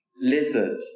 lizard